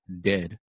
dead